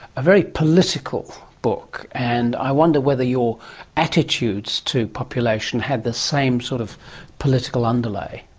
a very political book, and i wonder whether your attitudes to population had the same sort of political underlay.